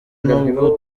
n’ubwo